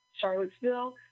Charlottesville